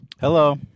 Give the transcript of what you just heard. Hello